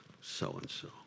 so-and-so